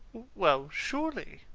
well. surely.